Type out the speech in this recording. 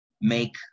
make